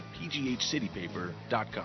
pghcitypaper.com